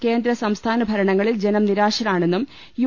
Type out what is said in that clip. കേന്ദ്ര സംസ്ഥാന ഭരണങ്ങളിൽ ജനം നിരാശരാണെന്നും യു